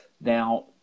Now